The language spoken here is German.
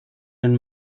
den